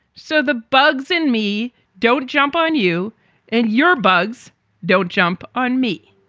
so the bugs in me don't jump on you and your bugs don't jump on me.